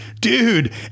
dude